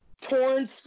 torn